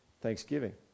Thanksgiving